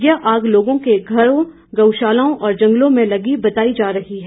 यह आग लोगों के घर गउशालाओं और जंगलों में लगी बताई जा रही है